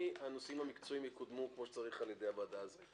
הנושאים המקצועיים יקודמו כמו שצריך על ידי הוועדה הזו.